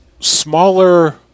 Smaller